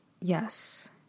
Yes